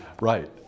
right